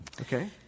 Okay